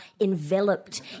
enveloped